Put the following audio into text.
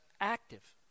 active